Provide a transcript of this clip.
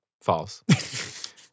False